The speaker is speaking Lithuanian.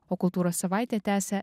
o kultūros savaitę tęsia